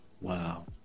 Wow